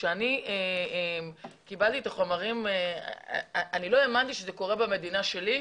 כשאני קיבלתי את החומרים אני לא האמנתי שזה קורה במדינה שלי,